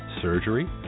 surgery